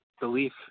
belief